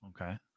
okay